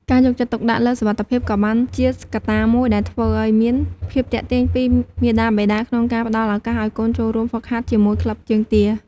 ការយកចិត្តទុកដាក់លើសុវត្ថិភាព ក៏បានជាកត្តាមួយដែលធ្វើឲ្យមានភាពទាក់ទាញពីមាតាបិតា ក្នុងការផ្តល់ឱកាសឲ្យកូនចូលរួមហ្វឹកហាត់ជាមួយក្លឹបជើងទា។